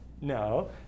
No